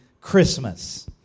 Christmas